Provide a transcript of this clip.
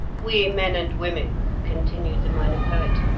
we men and women, continued the minor poet,